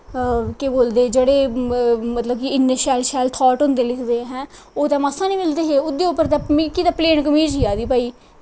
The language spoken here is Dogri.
केह् बोलदे जेह्ड़े मतलब कि इन्ने शैल शैल थॉट होंदे लिखे दे हैं ओह् ते मास्सा निं मिलदे हे मिगी ते प्लेन कमीच ही आई दी भाई